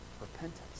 Repentance